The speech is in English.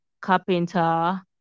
carpenter